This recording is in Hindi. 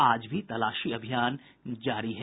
आज भी तलाशी अभियान जारी है